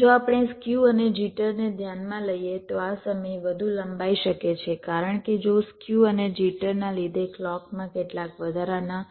જો આપણે સ્ક્યુ અને જિટરને ધ્યાનમાં લઈએ તો આ સમય વધુ લંબાઇ શકે છે કારણ કે જો સ્ક્યુ અને જિટરના લીધે ક્લૉકમાં કેટલાક વધારાના